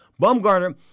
Bumgarner